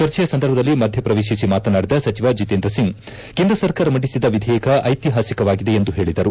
ಚರ್ಚೆಯ ಸಂದರ್ಭದಲ್ಲಿ ಮಧ್ಯ ಪ್ರವೇಶಿಸಿ ಮಾತನಾಡಿದ ಸಚಿವ ಜಿತೇಂದ್ರ ಸಿಂಗ್ ಕೇಂದ್ರ ಸರ್ಕಾರ ಮಂಡಿಸಿದ ವಿಧೇಯಕ ಐತಿಹಾಸಿಕವಾಗಿದೆ ಎಂದು ಹೇಳಿದರು